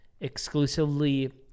exclusively